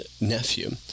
nephew